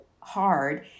hard